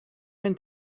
mynd